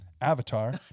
Avatar